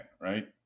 Right